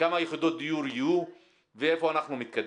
כמה יחידות דיור יהיו ואיפה אנחנו מתקדמים?